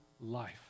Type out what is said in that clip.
life